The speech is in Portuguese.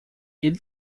ele